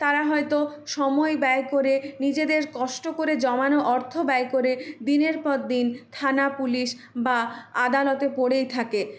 তারা হয়তো সময় ব্যয় করে নিজেদের কষ্ট করে জমানো অর্থ ব্যয় করে দিনের পর দিন থানা পুলিশ বা আদালতে পড়েই থাকে